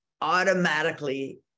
automatically